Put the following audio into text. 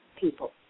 people